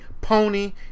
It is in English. Pony